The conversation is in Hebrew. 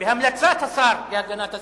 בהמלצת השר להגנת הסביבה,